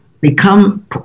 become